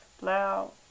loud